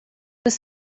was